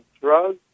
drugs